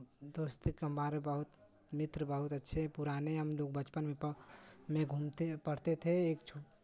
दोस्ती के हमारे बहुत मित्र बहुत अच्छे पुराने हमलोग बचपन में घूमते पढ़ते थे